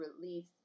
release